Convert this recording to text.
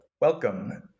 Welcome